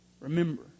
Remember